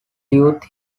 youth